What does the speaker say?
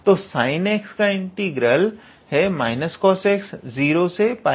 तो sinx का integral है cos x 0 से 𝜋2 तक